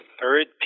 third